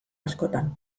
askotan